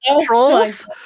trolls